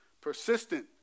Persistent